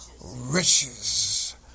riches